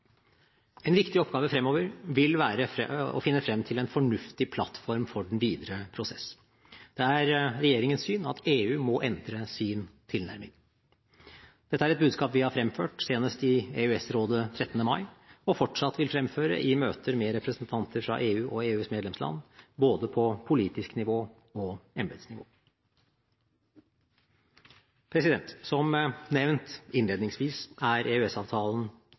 En viktig oppgave fremover vil være å finne frem til en fornuftig plattform for den videre prosessen. Det er regjeringens syn at EU må endre sin tilnærming. Dette er et budskap vi har fremført – senest i EØS-rådet 13. mai – og fortsatt vil fremføre i møter med representanter fra EU og EUs medlemsland, både på politisk nivå og embetsnivå. Som nevnt innledningsvis er